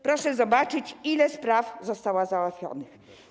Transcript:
Proszę zobaczyć, ile spraw zostało załatwionych.